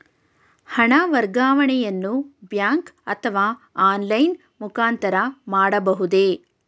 ಹಣ ವರ್ಗಾವಣೆಯನ್ನು ಬ್ಯಾಂಕ್ ಅಥವಾ ಆನ್ಲೈನ್ ಮುಖಾಂತರ ಮಾಡಬಹುದೇ?